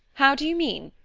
how do you mean?